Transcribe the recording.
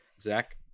Zach